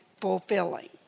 fulfilling